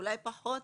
אולי פחות,